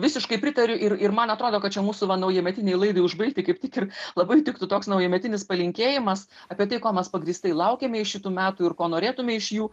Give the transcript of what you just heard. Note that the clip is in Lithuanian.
visiškai pritariu ir ir man atrodo kad čia mūsų va naujametinei laidai užbaigti kaip tik ir labai tiktų toks naujametinis palinkėjimas apie tai ko mes pagrįstai laukiame iš šitų metų ir ko norėtume iš jų